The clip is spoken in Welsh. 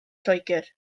lloegr